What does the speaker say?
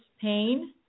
pain